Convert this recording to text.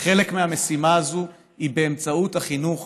וחלק ממילוי המשימה הזאת הוא באמצעות החינוך,